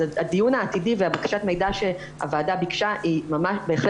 אז הדיון העתידי ובקשת המידע שהוועדה ביקשה בהחלט